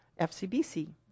FCBC